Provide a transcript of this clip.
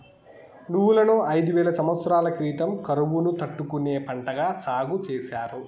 నువ్వులను ఐదు వేల సమత్సరాల క్రితం కరువును తట్టుకునే పంటగా సాగు చేసారు